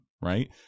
right